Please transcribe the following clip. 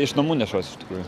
iš namų nešuosi iš tikrųjų